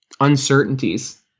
uncertainties